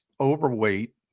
overweight